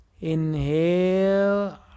Inhale